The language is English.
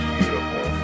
beautiful